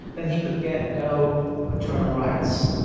then he could get no paternal rights.